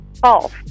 False